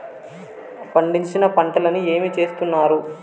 పండించిన పంటలని ఏమి చేస్తున్నారు?